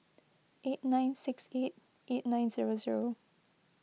eight nine six eight eight nine zero zero